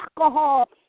alcohol